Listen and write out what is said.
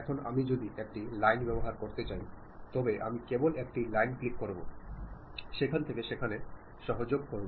এখন আমি যদি একটি লাইন ব্যবহার করতে চাই তবে আমি কেবল একটি লাইন ক্লিক করবো সেখান থেকে সেখানে সংযোগ করব